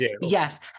yes